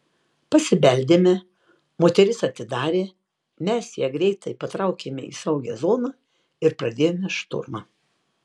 pasibeldėme moteris atidarė mes ją greitai patraukėme į saugią zoną ir pradėjome šturmą